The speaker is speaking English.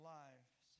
lives